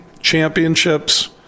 championships